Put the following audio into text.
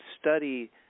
study